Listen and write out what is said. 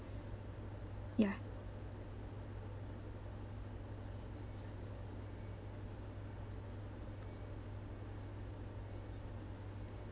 ya